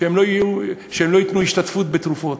שהם לא ישלמו השתתפות בתרופות.